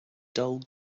dull